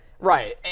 Right